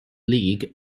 league